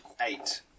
eight